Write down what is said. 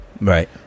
Right